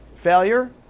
Failure